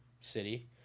city